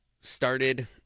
started